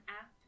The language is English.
app